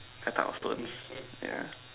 that type of stones ya